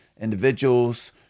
individuals